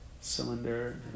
cylinder